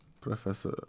Professor